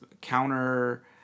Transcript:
counter